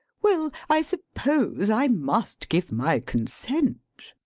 well, i suppose i must give my consent.